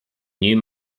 new